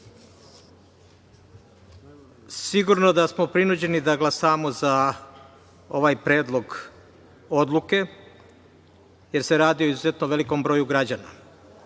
lepo. Sigurno da smo prinuđeni da glasamo za ovaj predlog odluke, jer se radi o izuzetno velikom broju građana.